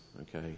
Okay